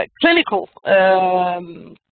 clinical